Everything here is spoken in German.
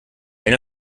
eine